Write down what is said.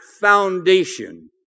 foundation